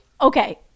Okay